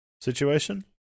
situation